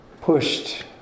pushed